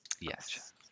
Yes